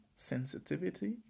sensitivity